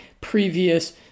previous